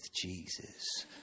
Jesus